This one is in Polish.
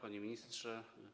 Panie Ministrze!